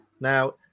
Now